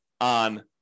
on